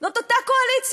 זאת אותה קואליציה